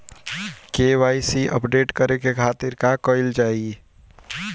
KYC update करे के खातिर का कइल जाइ?